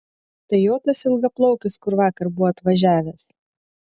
tai jo tas ilgaplaukis kur vakar buvo atvažiavęs